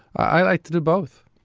i like to do both.